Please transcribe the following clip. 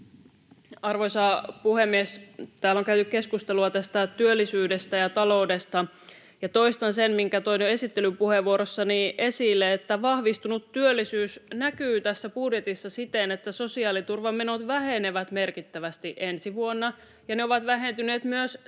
Arvoisa puhemies! Täällä on käyty keskustelua työllisyydestä ja taloudesta, ja toistan sen, minkä toin jo esittelypuheenvuorossani esille, että vahvistunut työllisyys näkyy tässä budjetissa siten, että sosiaaliturvamenot vähenevät merkittävästi ensi vuonna ja ne ovat vähentyneet myös tänä vuonna,